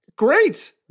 Great